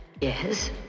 yes